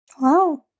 Wow